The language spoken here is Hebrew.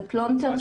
זה פלונטר.